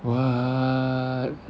what